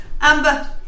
Amber